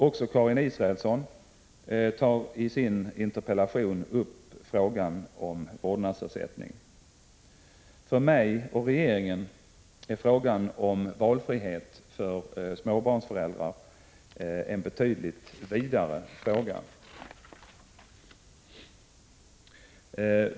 Också Karin Israelsson tar i sin interpellation upp frågan om vårdnadsersättning. För mig och regeringen är frågan om valfrihet för småbarnsföräldrar en betydligt vidare fråga.